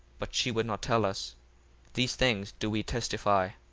but she would not tell us these things do we testify.